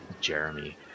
Jeremy